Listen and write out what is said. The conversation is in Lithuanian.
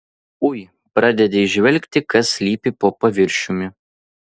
ui pradedi įžvelgti kas slypi po paviršiumi